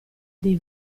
dei